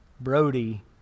Brody